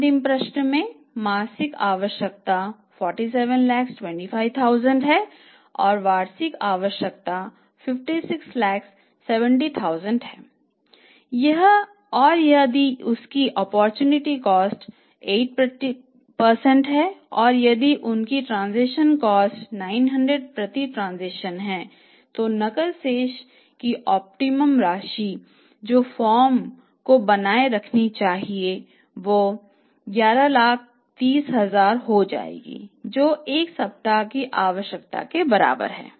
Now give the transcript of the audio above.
अंतिम प्रश्न में मासिक आवश्यकता 4725000 है वार्षिक आवश्यकता 567 लाख है और यदि उनकी ओप्पोरचुनिटी कॉस्ट 900 प्रति ट्रांसेक्शन है तो नकद शेष की ऑप्टिमम राशि जो फर्म को बनाए रखनी चाहिए वह 1130 लाख हो जाएगी जो 1 सप्ताह की आवश्यकता के बराबर है